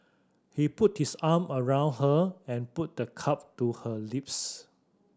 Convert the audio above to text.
he put his arm around her and put the cup to her lips